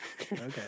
Okay